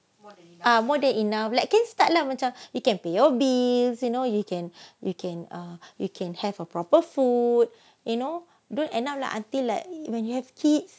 ah more than enough like can start lah macam you can pay your bills you know you can you can uh you can have a proper food you know don't end up like until like when you have kids